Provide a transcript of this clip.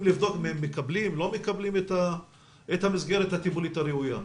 לבדוק אם הם מקבלים או לא מקבלים את המסגרת הטיפולית הראויה?